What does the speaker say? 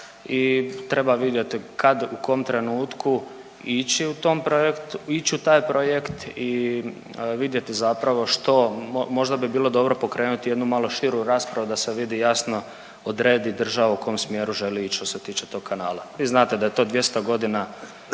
i treba vidjeti kad, u kom trenutku ići u taj projekt i vidjeti zapravo što, možda bi bilo dobro pokrenuti jednu malo širu raspravu da se vidi jasno, odredi država u kom smjeru želi ić što se tiče tog kanala. Vi znate da je to 200.g.